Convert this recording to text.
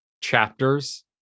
chapters